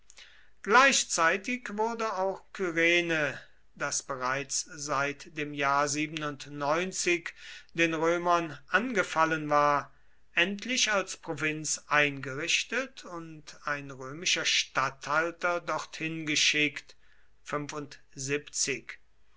gleichzeitig wurde auch kyrene das bereits seit dem jahr den römern angefallen war endlich als provinz eingerichtet und ein römischer statthalter dorthin geschickt